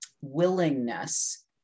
willingness